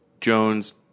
Jones